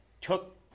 took